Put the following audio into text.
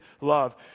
love